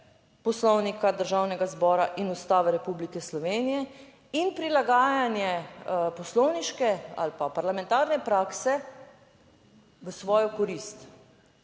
Poslovnika Državnega zbora in Ustave Republike Slovenije in prilagajanje poslovniške ali pa parlamentarne prakse v svojo korist.